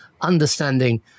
understanding